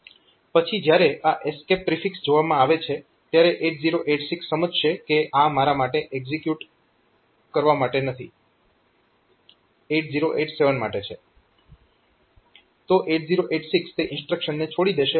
પછી જ્યારે આ એસ્કેપ પ્રિફિક્સ જોવામાં આવે છે ત્યારે 8086 સમજશે કે આ મારા માટે એક્ઝીક્યુટ કરવા માટે નથી 8087 માટે છે